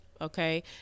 okay